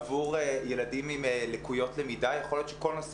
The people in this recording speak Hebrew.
עבור ילדים עם לקויות למידה יכול להיות שכל נושא